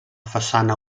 façana